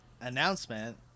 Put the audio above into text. announcement